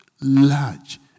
large